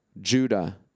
Judah